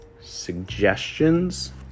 suggestions